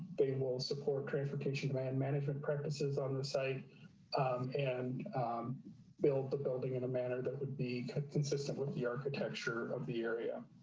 they will support clarification demand management practices on the site and build the building in a manner that would be consistent with the architecture of the area.